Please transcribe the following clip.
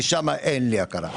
כי שם אין לי הכרה.